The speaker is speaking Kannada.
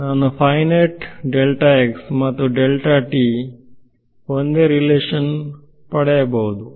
ನಾನು ಫೈನೈಟ್ ಮತ್ತು ಒಂದೇ ಸಂಬಂಧವನ್ನು ಪಡೆಯಬಹುದೇ